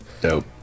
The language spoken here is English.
Dope